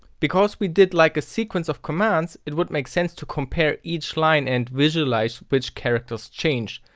because we did like a sequence of commands, it would make sense to compare each line and visualize which characters change.